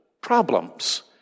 problems